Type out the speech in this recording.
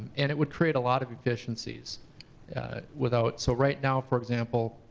and it would create a lot of efficiencies without. so right now, for example,